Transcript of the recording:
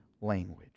language